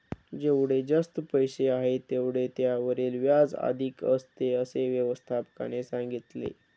जेवढे जास्त पैसे आहेत, तेवढे त्यावरील व्याज अधिक असते, असे व्यवस्थापकाने सांगितले